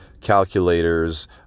Calculators